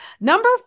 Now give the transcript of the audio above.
Number